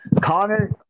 Connor